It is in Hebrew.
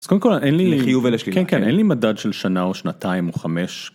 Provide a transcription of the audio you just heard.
קודם כל אין לי מדד של שנה או שנתיים או חמש.